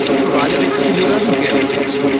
provided the person who doesn't get it, gets